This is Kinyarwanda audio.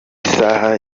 isaha